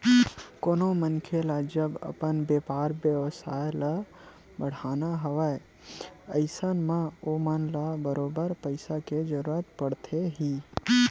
कोनो मनखे ल जब अपन बेपार बेवसाय ल बड़हाना हवय अइसन म ओमन ल बरोबर पइसा के जरुरत पड़थे ही